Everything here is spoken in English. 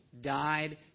died